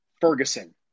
Ferguson